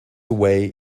away